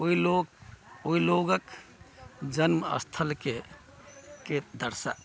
ओइ लोक ओइ लोगके जन्म स्थलके के दर्शा